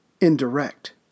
indirect